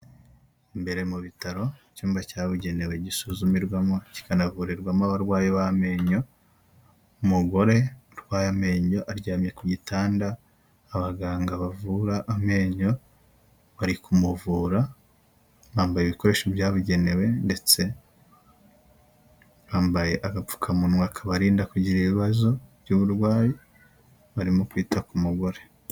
Imbere mu bitaro icyumba cyabugenewe gisuzumirwamo kikanavurirwamo abarwayi b'amenyo, umugore urwaye amenyo aryamye ku gitanda, abaganga bavura amenyo bari kumuvura bambaye ibikoresho byabugenewe ndetse bambaye agapfukamunwa kabarinda kugira ibibazo by'uburwayi barimo kwita ku mugore.